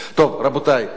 רבותי,